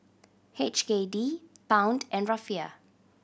H K D Pound and Rufiyaa